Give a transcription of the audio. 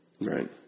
Right